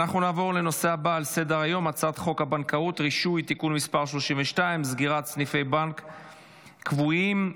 קובע כי הצעת החוק יום בריאות הנפש, התשפ"ד 2024,